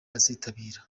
azitabira